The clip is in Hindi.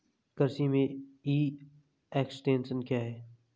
कृषि में ई एक्सटेंशन क्या है?